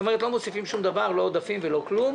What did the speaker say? לא מוסיפים שום דבר, לא עודפים ולא כלום.